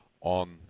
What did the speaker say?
on